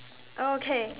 okay